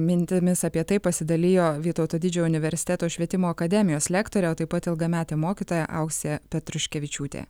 mintimis apie tai pasidalijo vytauto didžiojo universiteto švietimo akademijos lektorė taip pat ilgametė mokytoja auksė petruškevičiūtė